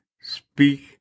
Speak